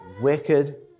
wicked